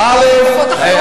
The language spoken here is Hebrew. אנחנו יודעים את זה.